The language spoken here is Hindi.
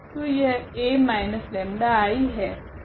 तो यह A 𝜆I है